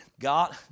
God